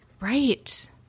Right